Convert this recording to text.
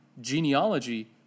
genealogy